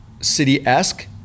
city-esque